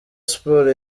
sports